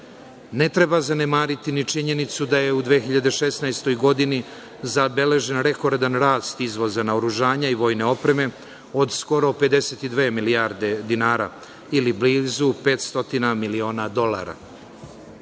treba zanemariti ni činjenicu da je u 2016. godini zabeležen rekordan rast izvoza naoružanja i vojne opreme od skoro 52 milijarde dinara, ili blizu 500 miliona dolara.